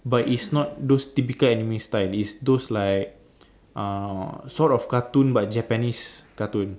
but it's not those typical anime style it's those like uh sort of cartoon but Japanese cartoon